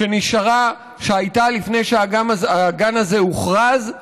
שהייתה לפני שהגן הזה הוכרז,